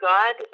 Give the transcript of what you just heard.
God